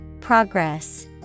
Progress